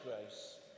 grace